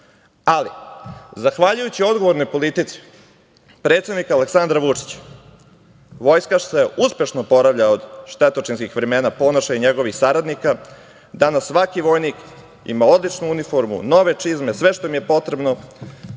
Tadić. Zahvaljujući odgovornoj politici predsednika Aleksandra Vučića, Vojska se uspešno oporavlja od štetočinskih vremena Ponoša i njegovih saradnika. Danas svaki vojnik ima odličnu uniformu, nove čizme, sve što im je potrebno.